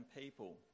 people